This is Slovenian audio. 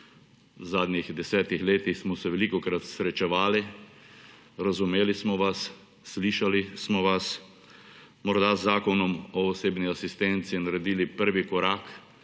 V zadnjih desetih letih smo se velikokrat srečevali, razumeli smo vas, slišali smo vas, morda z zakonom o osebni asistenci naredili prvi korak,